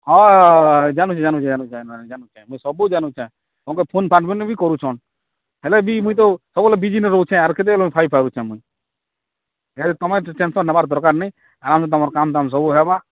ହଁ ଜାନୁଛି ଜାନୁଛି ଜାନୁଛେ ମୁଇଁ ସବୁ ଜାନୁଛେ ଫୋନ୍ଫାନ୍ ମାନେ ବି କରୁଛନ୍ ହେଲେ ବି ମୁଇଁ ତ ସବୁବେଳେ ବିଜି ନେ ରହୁଛେ ଆର କେତେବେଳେ ଖାଇ ପାରୁଛେ ମୁଇଁ ହେଲେ ତୁମେ ଟେନସନ୍ ନେବାର ଦରକାର ନାହିଁ ଆମେ ତୁମେ କାମ୍ ଦାମ୍ ସବୁ ହେବା